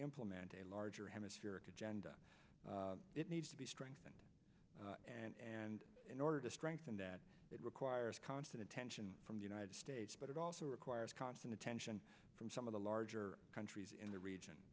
implement a larger hemispheric agenda it needs to be strengthened and and in order to strengthen that it requires constant attention from the united states but it also requires constant attention from some of the larger countries in the region